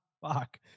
fuck